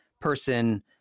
person